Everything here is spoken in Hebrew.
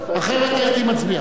אחרת הייתי מצביע.